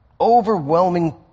overwhelming